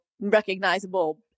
recognizable